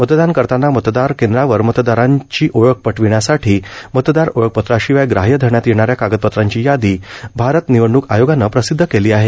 मतदान करतांना मतदान केंद्रांवर मतदारांची ओळख पटविण्यासाठी मतदार ओळखपत्राशिवाय ग्राह्य धरण्यात येणाऱ्या कागदपत्रांची यादी भारत निवडणूक आयोगानं प्रसिद्ध केली आहे